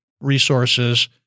resources